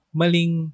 maling